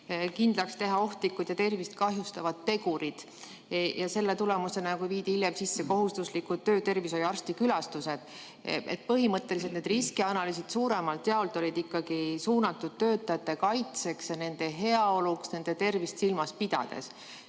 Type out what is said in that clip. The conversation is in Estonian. kindlaks teha ohtlikud ja tervist kahjustavad tegurid. Selle tulemusena viidi hiljem sisse kohustuslikud töötervishoiuarsti külastused. Põhimõtteliselt need riskianalüüsid olid suuremalt jaolt ikkagi suunatud töötajate kaitseks ja nende heaolu tagamiseks nende tervist silmas pidades.